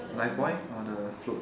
life buoy or the float